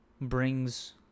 brings